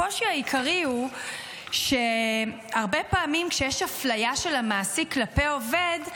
הקושי העיקרי הוא שהרבה פעמים כשיש אפליה של המעסיק כלפי עובד,